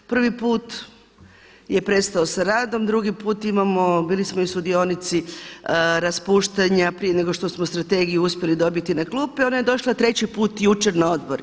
Prvi put je prestao sa radom, drugi put imamo, bili smo i sudionici raspuštanja prije nego što smo strategiju uspjeli dobiti na klupe, ona je došla treći put jučer na odbor.